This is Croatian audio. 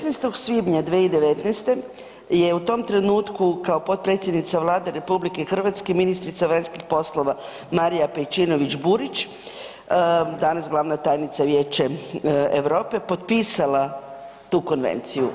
16. svibnja 2019. je u tom trenutku kao potpredsjednica Vlade RH ministrica vanjskih poslova Marija Pejčinović-Burić, danas glavna tajnica Vijeće Europe, potpisala tu konvenciju.